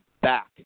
back